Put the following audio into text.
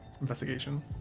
investigation